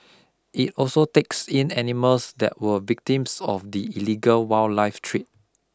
it also takes in animals that were victims of the illegal wildlife trade